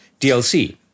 DLC